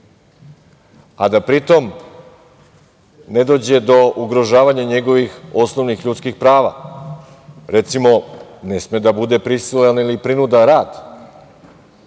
a da pri tom ne dođe do ugrožavanja njegovih osnovnih ljudskih prava. Recimo, ne sme da bude prisilan ili prinudan rad